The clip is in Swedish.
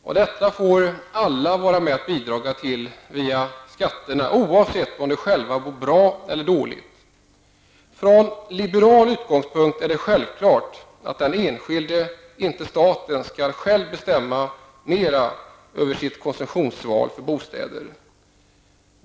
Alla får vara med och bidra genom skatterna, oavsett om de själva bor bra eller dåligt. Från liberal utgångspunkt är det självklart att den enskilde, inte staten, själv skall bestämma sitt konsumtionsval när det gäller bostad.